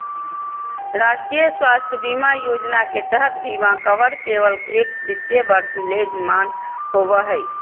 राष्ट्रीय स्वास्थ्य बीमा योजना के तहत बीमा कवर केवल एक वित्तीय वर्ष ले मान्य होबो हय